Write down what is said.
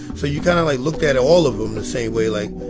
so, you kind of looked at all of them the same way, like,